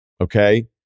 okay